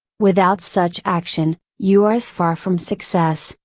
without such action, you are as far from success,